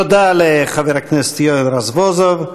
תודה לחבר הכנסת יואל רזבוזוב.